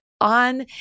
on